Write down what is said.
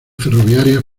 ferroviarias